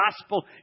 gospel